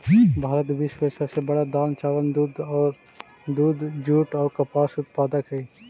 भारत विश्व के सब से बड़ा दाल, चावल, दूध, जुट और कपास उत्पादक हई